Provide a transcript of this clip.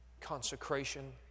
Consecration